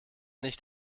nicht